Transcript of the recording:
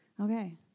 Okay